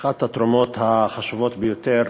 אחת התרומות החשובות ביותר